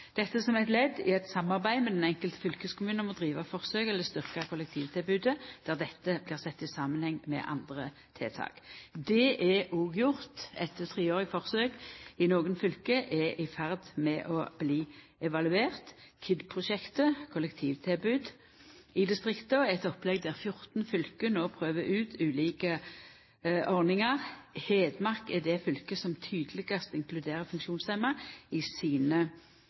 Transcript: dette som eit ledd i samarbeidet med den enkelte fylkeskommunen om å driva forsøk eller styrkja kollektivtilbodet der dette blir sett i samanheng med andre tiltak. Det er òg gjort eit treårig forsøk i nokre fylke, og det er i ferd med å bli evaluert. KID-prosjektet, kollektivtilbod i distrikta, er eit opplegg der 14 fylke no prøver ut ulike ordningar. Hedmark er det fylket som mest tydeleg inkluderer funksjonshemma i sine